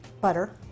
butter